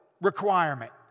requirement